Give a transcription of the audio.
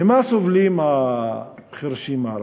ממה סובלים החירשים הערבים?